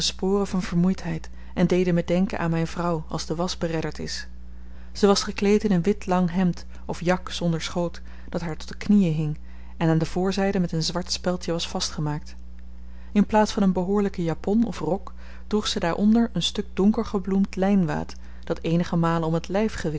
van vermoeidheid en deden me denken aan myn vrouw als de wasch beredderd is ze was gekleed in een wit lang hemd of jak zonder schoot dat haar tot de knieën hing en aan de voorzyde met een zwart speldje was vastgemaakt in plaats van een behoorlyke japon of rok droeg ze daaronder een stuk donker gebloemd lynwaad dat eenige malen om het